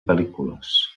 pel·lícules